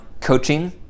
coaching